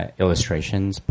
illustrations